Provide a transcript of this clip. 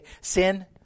sin